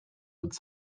would